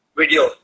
video